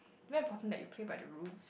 very important that you play by the rules